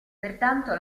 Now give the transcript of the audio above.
pertanto